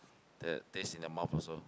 that taste in the mouth also